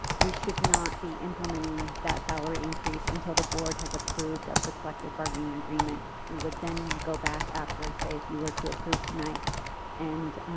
we should not be implementing that salary increase until the board has approved of the collective bargaining agreement we would then go back after say if you were to approve tonight and